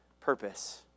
purpose